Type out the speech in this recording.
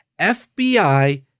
FBI